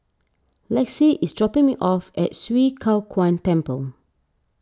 Lexi is dropping me off at Swee Kow Kuan Temple